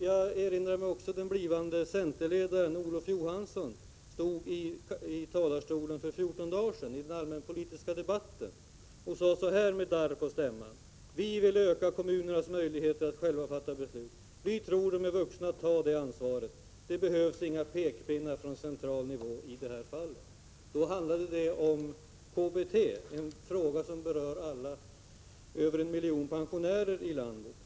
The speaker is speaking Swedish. Jag erinrar mig också att den blivande centerledaren Olof Johansson stod i talarstolen för 14 dagar sedan, i den allmänpolitiska debatten, och sade så här, med darr på stämman: ”Vi vill öka kommunernas möjligheter att själva fatta beslut. Vi tror att de är vuxna att ta det ansvaret. Det behövs inga pekpinnar från central nivå i det fallet.” Då handlade det om KBT, en fråga som berör alla över 1 miljon pensionärer i landet.